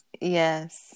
Yes